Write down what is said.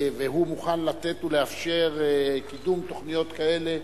שהוא מוכן לתת ולאשר קידום תוכניות כאלה,